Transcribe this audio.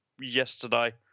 yesterday